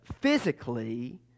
physically